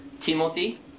Timothy